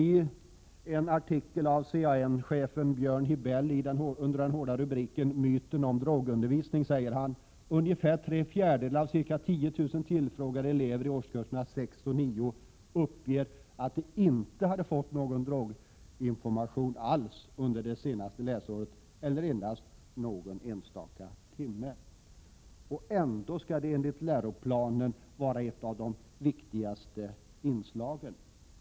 I en artikel skriven av CAN: s chef Björn Hibell, med den hårda rubriken Myten om drogundervisning, framgår det att ungefär tre fjärdedelar av ca 10 000 tillfrågade elever i årskurserna 6-9 uppger att de inte har fått någon droginformation alls eller endast någon enstaka timme under det senaste läsåret. Ändå skall denna information enligt läroplanen vara ett av de viktigaste inslagen.